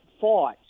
fought